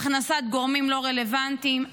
הכנסת גורמים לא רלוונטיים.